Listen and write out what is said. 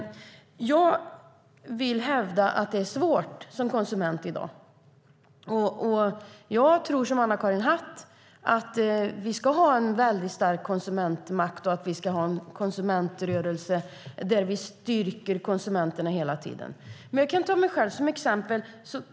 Jag vill hävda att det är svårt för konsumenter i dag. Jag tycker som Anna-Karin Hatt att vi ska ha en väldigt stark konsumentmakt och konsumentrörelse där vi hela tiden styrker konsumenterna. Jag kan ta mig själv som exempel.